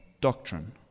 doctrine